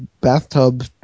Bathtub